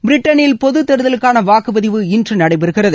பிரிட்டனில் பொதுத் தேர்தலுக்கான வாக்குப்பதிவு இன்று நடைபெறுகிறது